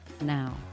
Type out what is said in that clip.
now